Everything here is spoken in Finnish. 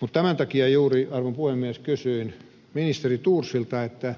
mutta tämän takia juuri arvon puhemies kysyin ministeri thorsilta kun